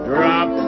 Drop